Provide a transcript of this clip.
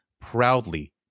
proudly